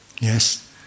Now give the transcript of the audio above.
Yes